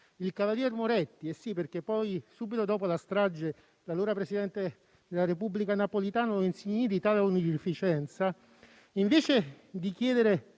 Il cavalier Moretti - eh sì, perché poi, subito dopo la strage, l'allora presidente della Repubblica Napolitano lo insignì di tale onorificenza - invece di chiedere